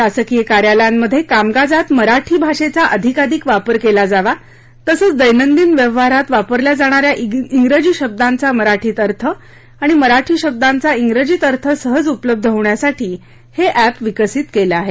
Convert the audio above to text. शासकीय कार्यालयांमध्ये कामकाजात मराठी भाषेचा अधिकाधिक वापर केला जावा तसंच दैनदिन व्यवहारात वापरल्या जाणाऱ्या चेजी शब्दांचा मराठीत अर्थ आणि मराठी शब्दांचा चिजीत अर्थ सहज उपलब्ध होण्यासाठी हे अॅप विकसित केलं आहे